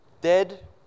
Dead